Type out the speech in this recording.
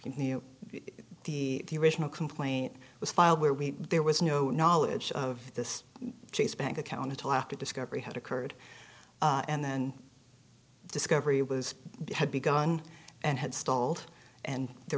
which the original complaint was filed where we there was no knowledge of this chase bank account until after discovery had occurred and then discovery was had begun and had stalled and there